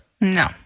no